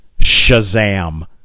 Shazam